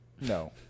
No